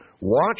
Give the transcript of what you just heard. Watch